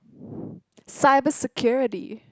cyber security